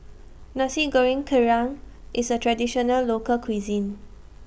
Nasi Goreng Kerang IS A Traditional Local Cuisine